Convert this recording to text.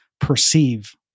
perceive